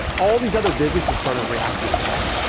all these other businesses started reacting to that.